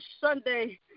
Sunday